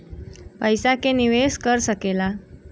पइसा के निवेस कर सकेला